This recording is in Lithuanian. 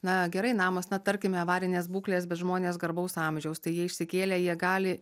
na gerai namas na tarkime avarinės būklės bet žmonės garbaus amžiaus tai jie išsikėlę jie gali